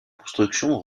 construction